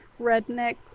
redneck